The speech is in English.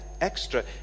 extra